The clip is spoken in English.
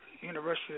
university